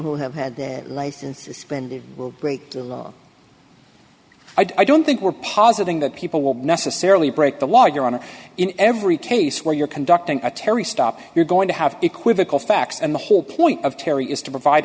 who have had that license suspended will break the law i don't think we're positing that people will necessarily break the law your honor in every case where you're conducting a terry stop you're going to have equivocal facts and the whole point of terry is to provide